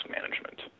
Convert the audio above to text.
management